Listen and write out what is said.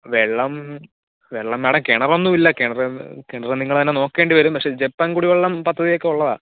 വെള്ളം വെള്ളം വേണേൽ കിണറൊന്നുമില്ല കിണർ കിണർ നിങ്ങൾ തന്നെ നോക്കേണ്ടിവരും പക്ഷേ ജപ്പാൻ കുടിവെള്ളം പദ്ധതിയൊക്കെ ഉള്ളതാ